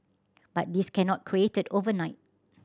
but this cannot created overnight